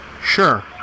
Sure